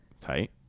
Tight